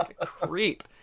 creep